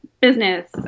business